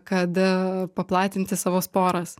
kad paplatinti savo sporas